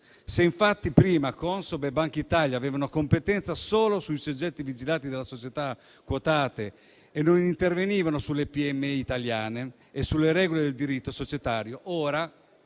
se infatti prima Consob e Bankitalia avevano competenza solo sui soggetti vigilati dalle società quotate e non intervenivano sulle piccole e medie imprese italiane e sulle regole del diritto societario, da